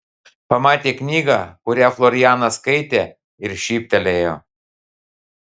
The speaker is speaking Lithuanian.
pamatė knygą kurią florianas skaitė ir šyptelėjo